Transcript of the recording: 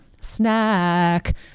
Snack